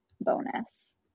bonus